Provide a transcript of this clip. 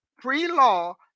pre-law